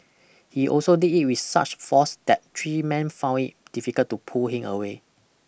he also did it with such force that three men found it difficult to pull him away